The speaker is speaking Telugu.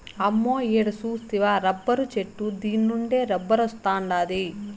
అమ్మో ఈడ సూస్తివా రబ్బరు చెట్టు దీన్నుండే రబ్బరొస్తాండాది